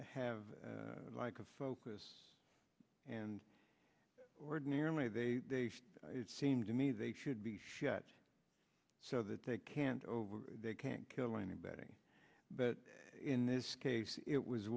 have like a focus and ordinarily they it seems to me they should be shut so that they can't over they can't kill anybody that in this case it was